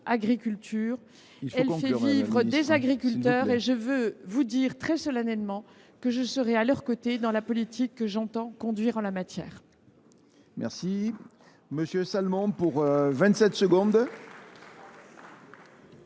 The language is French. agriculture. Elle fait vivre des agriculteurs et je veux vous dire très solennellement que je serai à leur côté par la politique que j’entends conduire en la matière. parole est à M. Daniel Salmon, pour la réplique.